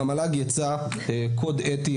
במל"ג יצא קוד אתי,